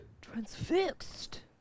transfixed